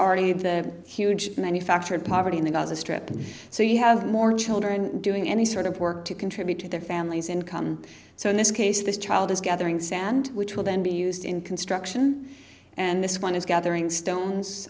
already the huge manufactured poverty in the gaza strip so you have more children doing any sort of work to contribute to their family's income so in this case this child is gathering sand which will then be used in construction and this one is gathering stones